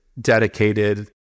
dedicated